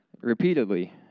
repeatedly